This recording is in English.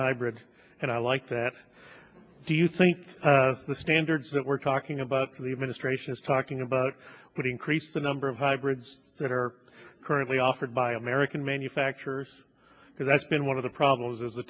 hybrid and i like that do you think the standards that we're talking about the administration is talking about putting creates the number of hybrids that are currently offered by american manufacturers because that's been one of the problems as the